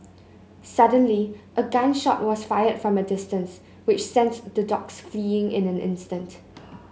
suddenly a gun shot was fired from a distance which sent the dogs fleeing in an instant